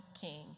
king